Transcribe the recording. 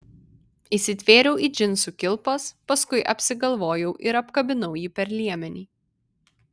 įsitvėriau į džinsų kilpas paskui apsigalvojau ir apkabinau jį per liemenį